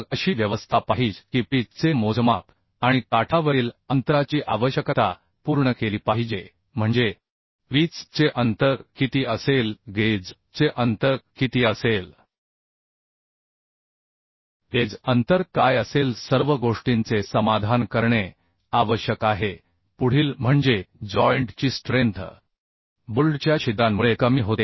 मग अशी व्यवस्था पाहिज की पिच चे मोजमाप आणि काठावरील अंतराची आवश्यकता पूर्ण केली पाहिजे म्हणजे पीच चे अंतर किती असेल गेज चे अंतर किती असेल एज अंतर काय असेल सर्व गोष्टींचे समाधान करणे आवश्यक आहे पुढील म्हणजे जॉइंट ची स्ट्रेंथ बोल्टच्या छिद्रांमुळे कमी होते